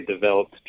developed